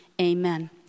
amen